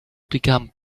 become